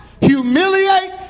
humiliate